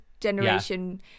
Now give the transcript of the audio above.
generation